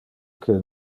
que